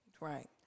Right